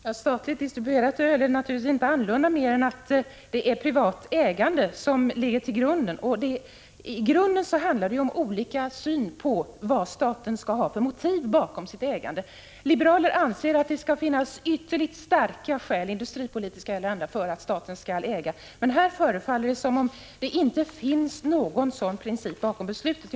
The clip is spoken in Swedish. Herr talman! Statligt distribuerat öl är naturligtvis inte annorlunda, annat än så till vida att det är statligt och inte privat ägande som ligger till grund för det. I grunden handlar detta om att vi har olika syn på vad det skall finnas för motiv till statligt ägande. Liberaler anser att det skall finnas ytterligt starka skäl-industripolitiska eller andra — för att staten skall äga. Men här förefaller det som om det inte finns något sådant motiv till beslutet.